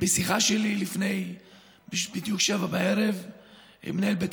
בשיחה שלי בדיוק ב-19:00 עם מנהל בית